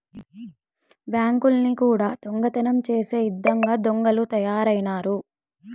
బ్యాంకుల్ని కూడా దొంగతనం చేసే ఇదంగా దొంగలు తయారైనారు